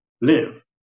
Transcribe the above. live